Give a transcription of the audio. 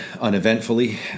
uneventfully